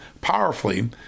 powerfully